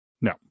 No